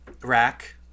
Rack